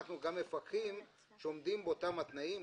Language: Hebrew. אנחנו גם מפקחים על כך שעומדים באותם התנאים,